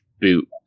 boot